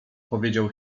powiedział